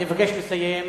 אני מבקש לסיים.